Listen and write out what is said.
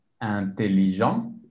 intelligent